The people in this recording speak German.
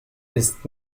ist